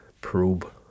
probe